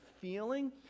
feeling